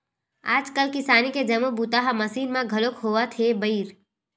आजकाल किसानी के जम्मो बूता ह मसीन म घलोक होवत हे बइर